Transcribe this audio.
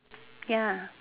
ya